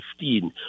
2015